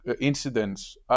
incidents